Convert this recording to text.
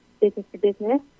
business-to-business